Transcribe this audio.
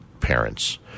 parents